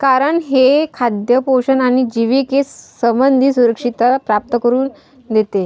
कारण हे खाद्य पोषण आणि जिविके संबंधी सुरक्षितता प्राप्त करून देते